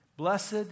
Blessed